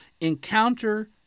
encounter